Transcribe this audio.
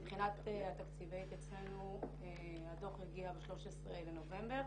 מבחינת התקציבאית אצלנו הדוח הגיע ב-13 בנובמבר.